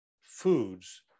foods